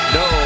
no